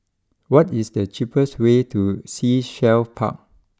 what is the cheapest way to Sea Shell Park